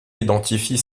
identifie